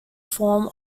form